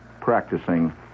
practicing